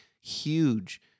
huge